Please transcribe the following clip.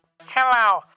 Hello